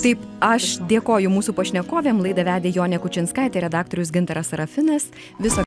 taip aš dėkoju mūsų pašnekovėm laidą vedė jonė kučinskaitė redaktorius gintaras serafinas viso